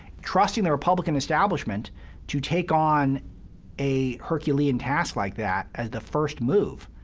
trusting the republican establishment to take on a herculean task like that as the first move,